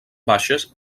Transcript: baixes